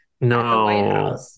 No